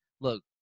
look